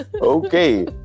okay